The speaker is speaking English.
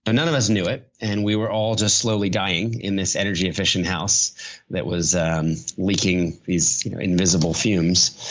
but none of us knew it and we were all just slowly dying in this energy efficient house that was leaking these you know invisible fumes.